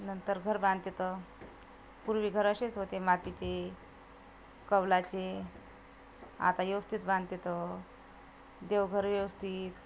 नंतर घर बांधते तर पूर्वी घर असेच होते मातीचे कौलाचे आता व्यवस्थित बांधते तर देवघर व्यवस्थित